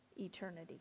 eternity